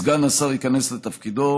סגן השר יכנס לתפקידו,